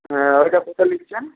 হ্যাঁ ওইটা কত নিচ্ছেন